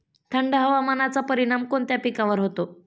थंड हवामानाचा परिणाम कोणत्या पिकावर होतो?